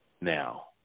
now